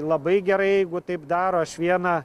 labai gerai jeigu taip daro aš vieną